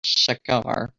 shekhar